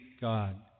God